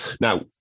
Now